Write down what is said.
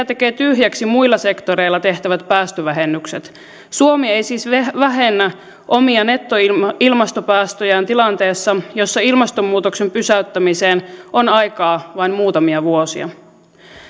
tekee tyhjäksi muilla sektoreilla tehtävät päästövähennykset suomi ei siis vähennä omia nettoilmastopäästöjään tilanteessa jossa ilmastonmuutoksen pysäyttämiseen on aikaa vain muutamia vuosia